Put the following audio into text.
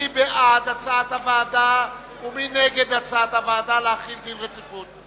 מי בעד הצעת הוועדה ומי נגד הצעת הוועדה להחיל דין רציפות?